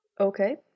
Okay